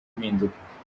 impinduka